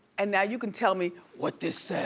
and now you can tell me what this says.